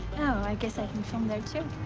oh, i guess i can film there, too.